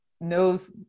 knows